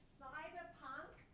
cyberpunk